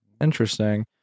Interesting